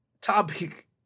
topic